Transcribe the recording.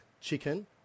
Chicken